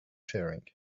sharing